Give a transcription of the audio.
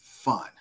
fun